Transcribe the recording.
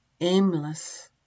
aimless